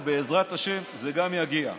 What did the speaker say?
ובעזרת השם זה גם יגיע.